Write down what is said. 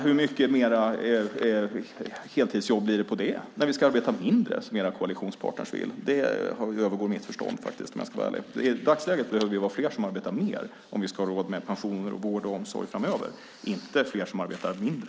Hur många fler heltidsjobb blir det när vi ska arbeta mindre, som era koalitionspartner vill? Det övergår mitt förstånd, om jag ska vara ärlig. I dagsläget behöver vi vara fler som arbetar mer om vi ska ha råd med pensioner, vård och omsorg framöver, inte fler som arbetar mindre.